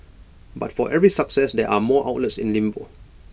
but for every success there are more outlets in limbo